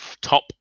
top